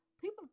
People